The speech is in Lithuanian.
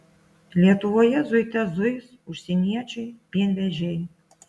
lietuvoje zuite zuis užsieniečiai pienvežiai